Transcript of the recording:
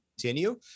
continue